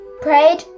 prayed